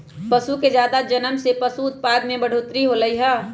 पशु के जादा जनम से पशु उत्पाद में बढ़ोतरी होलई ह